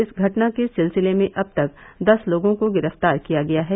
इस घटना के सिलसिले में अब तक दस लोगों को गिरफ्तार किया गया है